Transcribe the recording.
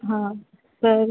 हां तर